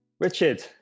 Richard